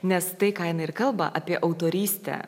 nes tai ką jinai ir kalba apie autorystę